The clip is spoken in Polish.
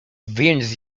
więc